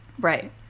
Right